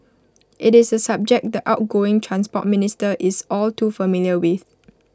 IT is A subject the outgoing Transport Minister is all too familiar with